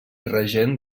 regent